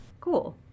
Cool